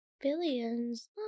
Billions